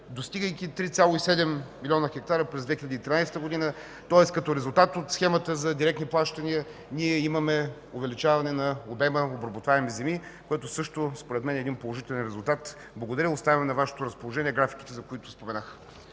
достигайки 3,7 млн. хектара през 2013 г. Тоест като резултат от схемата за директни плащания ние имаме увеличаване на обема обработваеми земи, което също според мен е един положителен резултат. Благодаря. Оставям на Ваше разположение графиките, за които споменах.